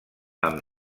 amb